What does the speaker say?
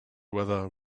whether